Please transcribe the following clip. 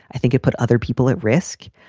i think it put other people at risk.